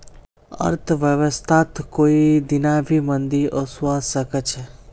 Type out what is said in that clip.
अर्थव्यवस्थात कोई दीना भी मंदी ओसवा सके छे